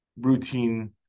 routine